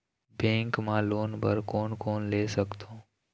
Bank मा loan बर कोन कोन ले सकथों?